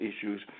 issues